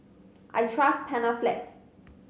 I trust Panaflex